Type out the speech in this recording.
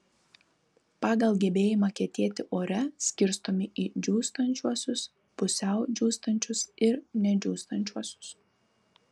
pagal gebėjimą kietėti ore skirstomi į džiūstančiuosius pusiau džiūstančius ir nedžiūstančiuosius